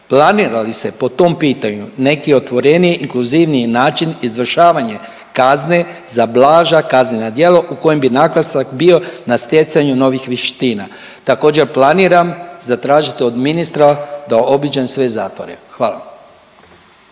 Planira li se po tom pitanju na neki otvoreniji i inkluzivniji način izvršavanje kazne za blaža kaznena djela u kojem bi naglasak bio na stjecanju novih vještina? Također planiram zatražit od ministra da obiđem sve zatvore, hvala.